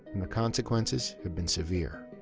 and the consequences have been severe.